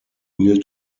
real